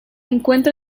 encuentra